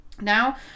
now